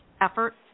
efforts